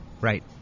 Right